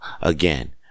Again